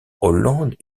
hollande